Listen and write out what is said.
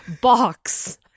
box